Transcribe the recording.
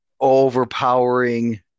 overpowering